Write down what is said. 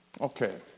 okay